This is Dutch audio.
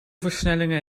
versnellingen